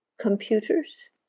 computers